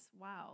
wow